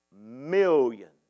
millions